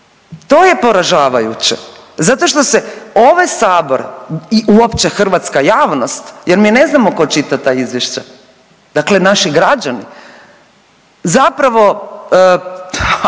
To je poražavajuće zato što se ovaj sabor i uopće hrvatska javnost jer mi ne znamo ko čita ta izvješća, dakle naši građani zapravo